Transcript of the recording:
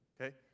okay